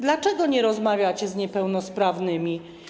Dlaczego nie rozmawiacie z niepełnosprawnymi?